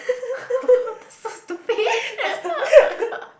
that's so stupid